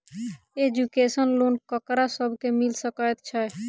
Education loan ककरा सब केँ मिल सकैत छै?